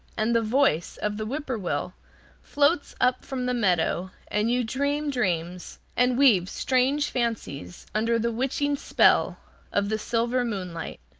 and the voice of the whip-poor-will floats up from the meadow, and you dream dreams, and weave strange fancies, under the witching spell of the silver moonlight!